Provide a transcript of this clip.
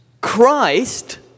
Christ